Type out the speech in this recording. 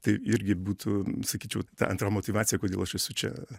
tai irgi būtų sakyčiau ta antra motyvacija kodėl aš esu čia